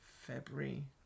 February